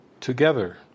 together